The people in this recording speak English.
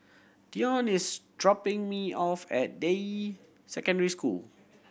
Dionne is dropping me off at Deyi Secondary School